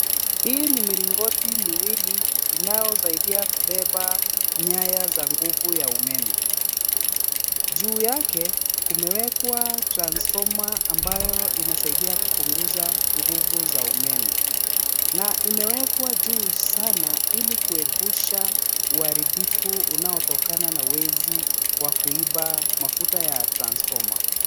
Hii ni milingoti miwili inayosaidia kubeba nyaya za nguvu ya umeme ,juu yake kumewekwa transformer ambayo inasaidia kupunguza nguvu za umeme na imewekwa juu sana ili kuepusha uharibifu unaotokana na wezi wa kuiba mafuta ya transformer .